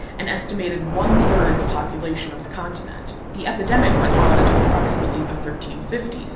an estimated one third the population of the continent. the epidemic went on until approximately the thirteen fifty s.